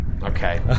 Okay